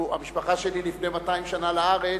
המשפחה שלי הגיעה לפני 200 שנה לארץ,